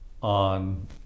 on